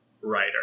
writer